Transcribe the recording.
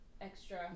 extra